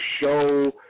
show